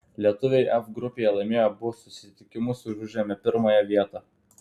lietuviai f grupėje laimėjo abu susitikimus ir užėmė pirmąją vietą